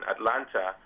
Atlanta